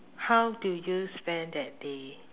how do you spend that day